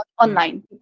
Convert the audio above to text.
online